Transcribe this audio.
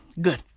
Good